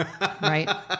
right